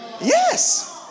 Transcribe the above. Yes